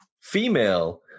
female